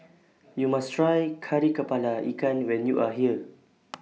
YOU must Try Kari Kepala Ikan when YOU Are here